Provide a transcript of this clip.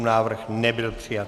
Návrh nebyl přijat.